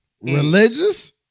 Religious